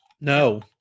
No